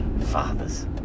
Fathers